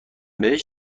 بهش